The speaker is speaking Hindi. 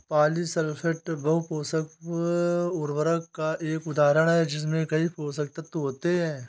पॉलीसल्फेट बहु पोषक उर्वरक का एक उदाहरण है जिसमें कई पोषक तत्व होते हैं